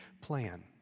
plan